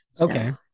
Okay